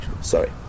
Sorry